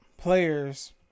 Players